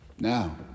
Now